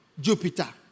Jupiter